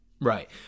Right